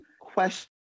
question